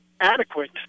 adequate